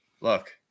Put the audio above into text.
Look